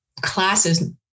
classes